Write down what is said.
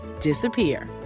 disappear